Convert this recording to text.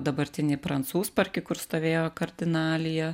dabartinį prancūzparkį kur stovėjo kardinalija